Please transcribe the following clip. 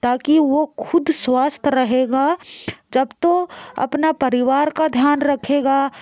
ताकि वह ख़ुद स्वस्थ रहेगा जब तो अपना परिवार का ध्यान रखेगा